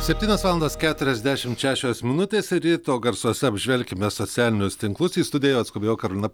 septynios valandos keturiasdešimt šešios minutės ir ryto garsuose apžvelkime socialinius tinklus į studiją jau atskubėjo karolina